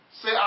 Say